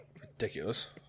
Ridiculous